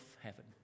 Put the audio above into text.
heaven